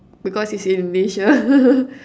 because it's Indonesia